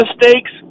mistakes